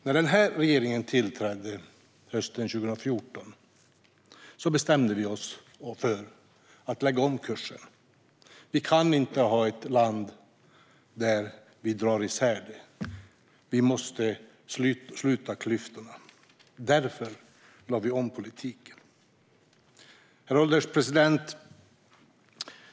När denna regering tillträdde hösten 2014 bestämde vi oss för att lägga om kursen. Vi kan inte ha ett land som vi drar isär. Vi måste sluta klyftorna. Därför lade vi om politiken. Herr ålderspresident!